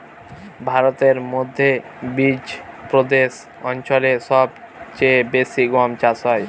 ভারতের মধ্যে বিচপ্রদেশ অঞ্চলে সব চেয়ে বেশি গম চাষ হয়